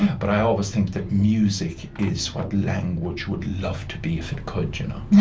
but i always think that music is what language would love to be if it could you know yeah